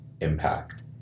impact